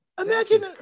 Imagine